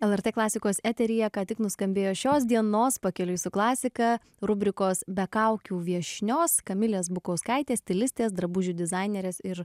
lrt klasikos eteryje ką tik nuskambėjo šios dienos pakeliui su klasika rubrikos be kaukių viešnios kamilės bukauskaitės stilistės drabužių dizainerės ir